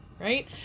right